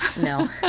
no